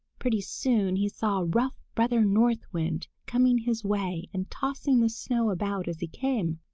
pretty soon he saw rough brother north wind coming his way and tossing the snow about as he came.